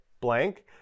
blank